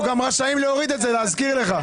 אנחנו גם רשאים להוריד את זה, להזכיר לך.